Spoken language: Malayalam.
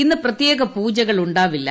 ഇന്ന് പ്രത്യേക പൂജകൾ ഉണ്ടാവില്ല